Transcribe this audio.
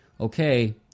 okay